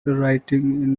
writing